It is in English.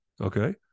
okay